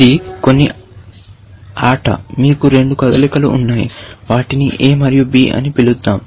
ఇది కొన్ని ఆట మీకు రెండు కదలికలు ఉన్నాయి వాటిని a మరియు b అని పిలుద్దాం